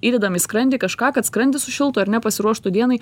įdedam į skrandį kažką kad skrandis sušiltų ar ne pasiruoštų dienai